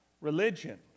religion